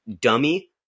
Dummy